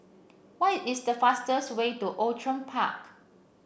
what is the fastest way to Outram Park